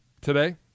today